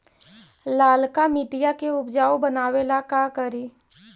लालका मिट्टियां के उपजाऊ बनावे ला का करी?